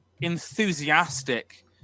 enthusiastic